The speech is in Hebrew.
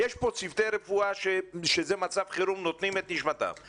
כאן צוותי רפואה שנותנים את נשמתם במצב חירום וזה מצב חירום.